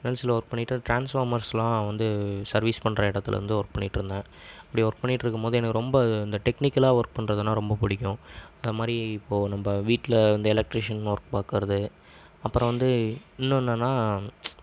என்எல்சியில் work பண்ணிட்டு ட்ரான்ஸ்ஃபார்மர்ஸ்லாம் வந்து சர்வீஸ் பண்ணுற இடத்துலிருந்து ஒர்க் பண்ணிட்டு இருந்தேன் அப்படி ஒர்க் பண்ணிக்கிட்டு இருக்கும் போது எனக்கு ரொம்ப டெக்னிக்கல்லாக ஒர்க் பண்ணறதுன்னா ரொம்ப பிடிக்கும் அதே மாதிரி இப்போது நம்ம வீட்டில் வந்து எலெக்ட்ரீஷியன் ஒர்க் பார்க்குறது அப்புறம் வந்து இன்னும் என்னென்னா